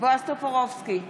בועז טופורובסקי,